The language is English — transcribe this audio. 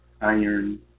iron